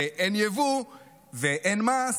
שאין יבוא ואין מס,